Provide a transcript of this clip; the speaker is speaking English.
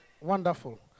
Wonderful